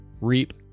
reap